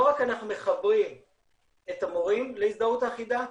רק אנחנו מחברים את המורים להזדהות אחידה,